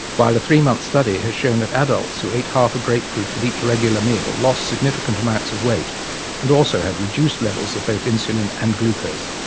while a three-month study has shown that adults who ate half a grapefruit with each regular meal lost significant amounts of weight and also had reduced levels of both insulin and glucose.